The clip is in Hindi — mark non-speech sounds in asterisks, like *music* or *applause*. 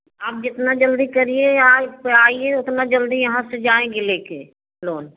आप जितना जल्दी करिए *unintelligible* आइए उतना जल्दी यहाँ से जाएँगे ले के लोन